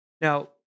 Now